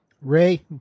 Ray